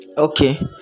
okay